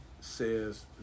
says